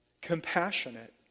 Compassionate